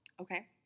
Okay